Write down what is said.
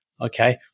Okay